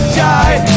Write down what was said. die